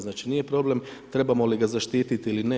Znači nije problem trebamo li ga zaštiti ili ne.